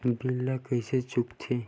bill ला कइसे चुका थे